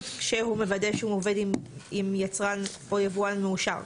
כשהוא מוודא שהוא עובד עם יצרן או יבואן מאושר.